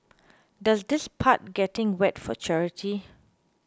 does this part getting wet for charity